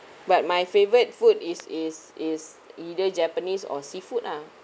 but my favourite food is is is either japanese or seafood ah